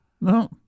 No